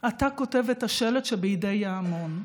אתה כותב את השלט שבידי ההמון.